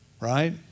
Right